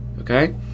okay